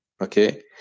okay